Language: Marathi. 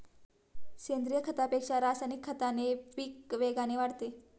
सेंद्रीय खतापेक्षा रासायनिक खताने पीक वेगाने वाढते